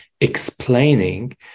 explaining